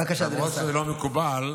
בבקשה, כבוד השר.